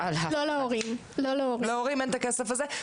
להורים אין את הכסף הזה.